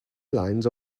lines